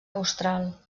austral